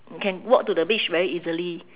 can walk to the beach very easily